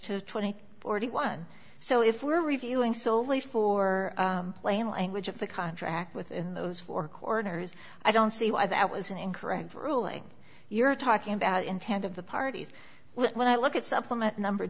and forty one so if we're reviewing solely for plain language of the contract within those four corners i don't see why that was an incorrect ruling you're talking about intent of the parties when i look at supplement number